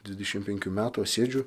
dvidešim penkių metų aš sėdžiu